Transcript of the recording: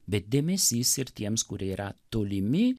bet dėmesys ir tiems kurie yra tolimi